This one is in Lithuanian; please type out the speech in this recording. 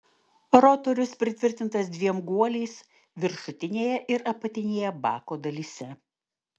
rotorius pritvirtintas dviem guoliais viršutinėje ir apatinėje bako dalyse